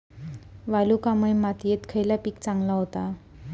वालुकामय मातयेत खयला पीक चांगला होता?